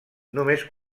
només